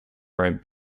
rome